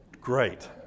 great